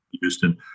Houston